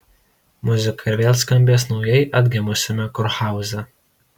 muzika ir vėl skambės naujai atgimusiame kurhauze